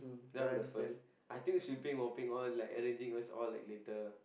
that will be the first I think sweeping mopping all like arranging also all like later